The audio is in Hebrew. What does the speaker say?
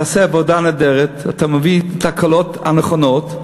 אתה עושה עבודה נהדרת, מביא את ההקלות הנכונות,